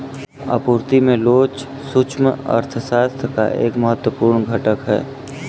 आपूर्ति में लोच सूक्ष्म अर्थशास्त्र का एक महत्वपूर्ण घटक है